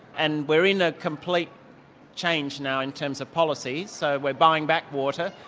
and we're in a complete change now in terms of policy, so we're buying back water.